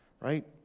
right